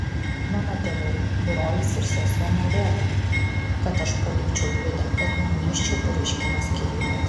mano tėvai brolis ir sesuo norėtų kad aš palikčiau gvidą kad nuneščiau pareiškimą skyryboms